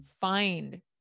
find